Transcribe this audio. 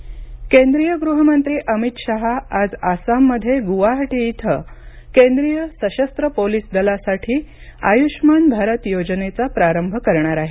अमित शहा दौरा केंद्रिय गृहमंत्री अमित शहा आज आसाममध्ये ग्वाहाटी इथं केंद्रिय सशस्त्र पोलिस दलासाठी आयुषमान भारत योजनेचा प्रारंभ करणार आहेत